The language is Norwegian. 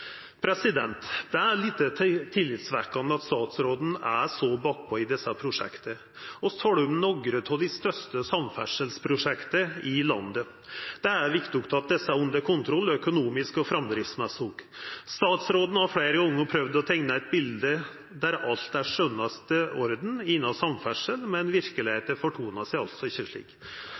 Det er lite tillitvekkjande at statsråden er så bakpå i desse prosjekta. Vi talar om nokre av dei største samferdselsprosjekta i landet. Det er viktig at desse er under kontroll, økonomisk og framdriftsmessig. Statsråden har fleire gonger prøvd å teikna eit bilete der alt er i skjønnaste orden innan samferdsel, men verkelegheita fortonar seg altså ikkje slik.